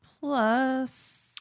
plus